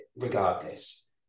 regardless